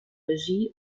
regie